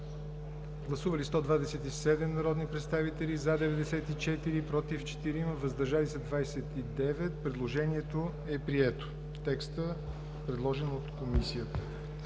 Гласували 127 народни представители: за 94, против 4, въздържали се 29. Предложението е прието – текстът, предложен от Комисията.